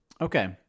Okay